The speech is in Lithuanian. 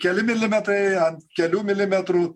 keli milimetrai ant kelių milimetrų